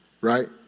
right